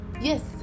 yes